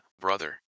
brother